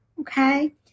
okay